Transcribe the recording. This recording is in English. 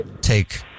take